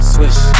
Swish